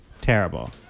terrible